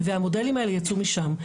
והמודלים האלה יצאו משם.